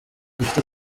dufite